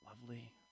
Lovely